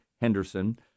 Henderson